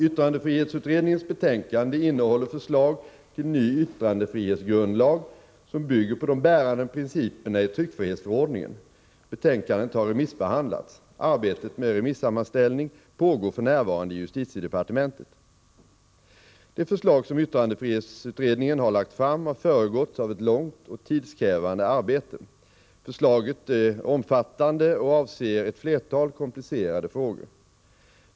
Yttrandefrihetsutredningens betänkande innehåller förslag till en ny yttrandefrihetsgrundlag som bygger på de bärande principerna i tryckfrihetsförordningen. Betänkandet har remissbehandlats. Arbetet med remissammanställning pågår f.n. i justitiedepartementet. Det förslag som yttrandefrihetsutredningen har lagt fram har föregåtts av ett långt och tidskrävande arbete. Förslaget är omfattande och avser ett flertal komplicerade frågor.